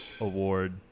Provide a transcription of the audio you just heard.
award